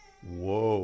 Whoa